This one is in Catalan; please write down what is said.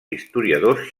historiadors